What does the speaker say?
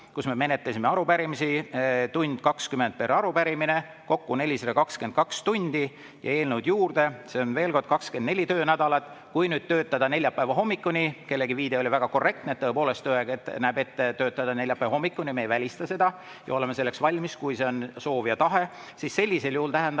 kui me menetlesime arupärimisi 1 tund ja 20 minutitperarupärimine, kokku [oleks vaja] 422 tundi, ja eelnõud juurde, see on veel kord 24 töönädalat. Kui nüüd töötada neljapäeva hommikuni – kellegi viide oli väga korrektne, tõepoolest tööaeg näeb ette töötada neljapäeva hommikuni, me ei välista seda ja oleme selleks valmis, kui see on soov ja tahe –, siis sellisel juhul tähendab